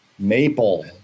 Maple